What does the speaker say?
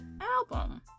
album